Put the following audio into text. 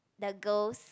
the girls